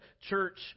church